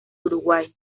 uruguay